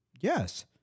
Yes